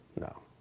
No